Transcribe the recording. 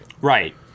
Right